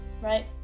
right